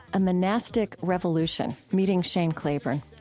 a monastic revolution meeting shane claiborne.